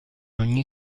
ogni